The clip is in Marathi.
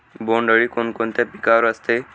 बोंडअळी कोणकोणत्या पिकावर असते?